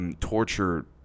torture